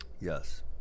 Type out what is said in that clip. Yes